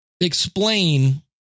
explain